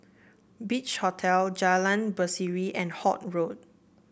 Beach Hotel Jalan Berseri and Holt Road